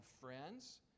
friends